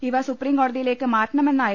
ഇവ സു പ്രീഠകോടതിയിലേക്ക് മാറ്റണമെന്നായിരുന്നു